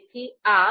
તેથી આ list